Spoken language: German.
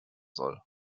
soll